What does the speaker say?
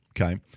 Okay